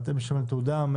הם משלמים על תעודה.